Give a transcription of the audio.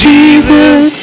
Jesus